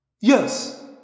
Yes